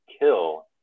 kill